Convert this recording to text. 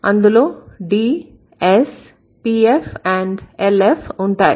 అందులో D S PF and LF ఉంటాయి